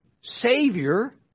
Savior